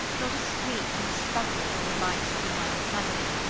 not a squeak and scuffle from the mice behind the panelling,